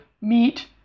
meet